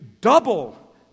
double